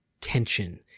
tension